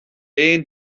aon